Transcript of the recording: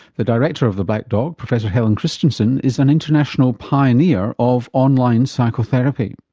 the director of the black dog, professor helen christensen, is an international pioneer of online psychotherapy.